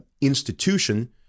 institution